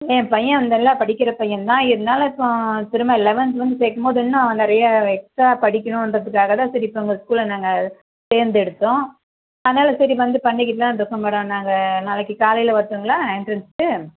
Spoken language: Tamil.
என் பையன் நல்லா படிக்கிற பையன் தான் இருந்தாலும் இப்போ திரும்ப லெவன்த்து வந்து சேர்க்கும் போது இன்னும் நிறைய எக்ஸ்ட்ரா படிக்கணும்ன்றதுக்கா தான் சரி இப்போ உங்கள் ஸ்கூலை நாங்கள் தேர்ந்தெடுத்தோம் அதனால சரி வந்து பண்ணிக்கிறலாம் இந்த வருடம் பிறகு நாங்கள் நாளைக்கு காலையில் வரட்டுங்களா என்ட்ரன்ஸுக்கு